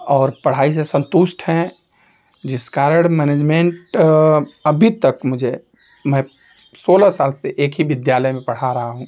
और पढ़ाई से संतुष्ट हैं जिस कारण मैनेजमेंट अभी तक मुझे मैं सोलह साल से एक ही विद्यालय में पढ़ रहा हूँ